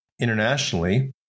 Internationally